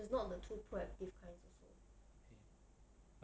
she's not the too proactive kind also